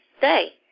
day